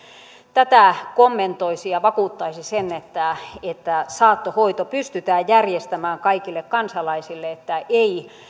tätä kommentoisi ja vakuuttaisi että että saattohoito pystytään järjestämään kaikille kansalaisille että ei